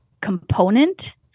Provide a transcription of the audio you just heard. component